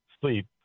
sleep